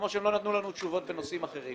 כמו שהם לא נתנו לנו תשובות בנושאים אחרים,